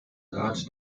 rat